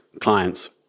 clients